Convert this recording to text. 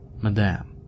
Madame